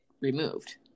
removed